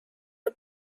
the